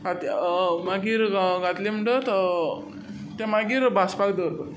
मागीर घातलें तें मागीर भाजपाक दवरपाचें